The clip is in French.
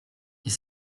est